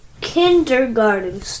kindergarten